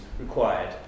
required